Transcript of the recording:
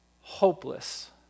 Hopeless